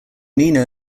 nina